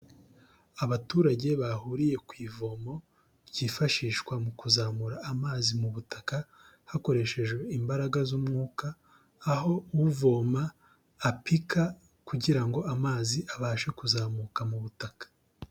Abaturage bahuriye ku ivomo ryifashishwa mu kuzamura amazi mu butaka hakoreshejwe imbaraga z'umwuka, aho uvoma apika kugira ngo amazi abashe kuzamuka mu butaka.